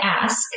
ask